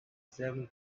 seven